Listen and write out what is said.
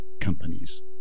companies